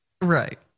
Right